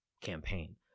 campaign